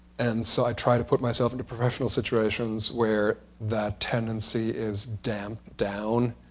and so i try to put myself into professional situations where that tendency is damped down,